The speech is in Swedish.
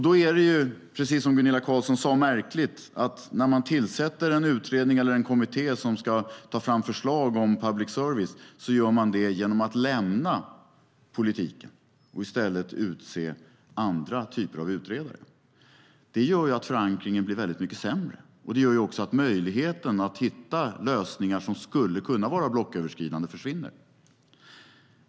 Då är det, precis som Gunilla Carlsson sade, märkligt att man när man tillsätter en utredning eller en kommitté som ska ta fram förslag om public service gör det genom att lämna politiken och i stället utse andra typer av utredare. Det gör att förankringen blir mycket sämre. Det gör också att möjligheten att hitta lösningar som skulle kunna vara blocköverskridande försvinner.